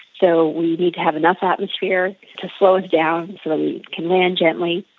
so we need to have enough atmosphere to slow us down so that we can land gently.